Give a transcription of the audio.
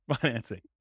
financing